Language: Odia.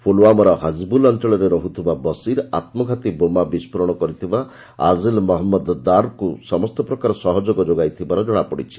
ପୁଲଓ୍ୱାମାର ହଜିବଲ ଅଞ୍ଚଳରେ ରହୁଥିବା ବସୀର ଆତ୍ମଘାତୀ ବୋମା ବିସ୍ଫୋରଣ କରିଥିବା ଆଦିଲ ଅହମ୍ମଦ ଦାରକୁ ସମସ୍ତ ପ୍ରକାର ସହଯୋଗ ଯୋଗାଇଥିବାର ଜଣାପଡ଼ିଛି